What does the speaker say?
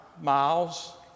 miles